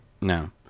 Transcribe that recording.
No